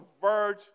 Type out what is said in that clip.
verge